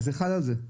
אז זה חל על זה.